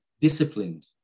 disciplined